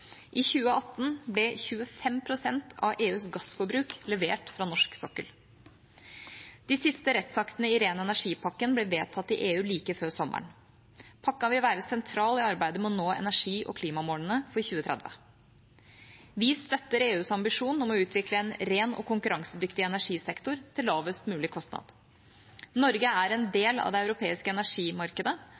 I 2018 ble 25 pst. av EUs gassforbruk levert fra norsk sokkel. De siste rettsaktene i ren energi-pakken ble vedtatt i EU like før sommeren. Pakken vil være sentral i arbeidet med å nå energi- og klimamålene for 2030. Vi støtter EUs ambisjon om å utvikle en ren og konkurransedyktig energisektor, til lavest mulig kostnad. Norge er del av det europeiske energimarkedet,